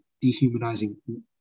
dehumanizing